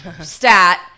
stat